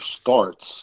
starts